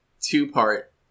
two-part